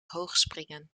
hoogspringen